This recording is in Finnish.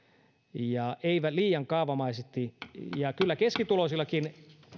eikä liian kaavamaisesti kyllä keskituloisillakin